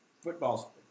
football